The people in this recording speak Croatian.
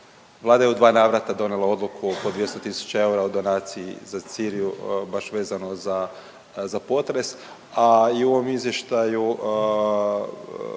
Vlada je u dva navrata donijela odluku po 200 000 eura o donaciji za Siriju baš vezano za potres, a i u ovom izvještaju